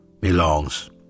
belongs